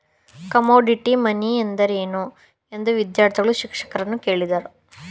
Commodity money ಎಂದರೇನು? ಎಂದು ವಿದ್ಯಾರ್ಥಿಗಳು ಶಿಕ್ಷಕರನ್ನು ಕೇಳಿದರು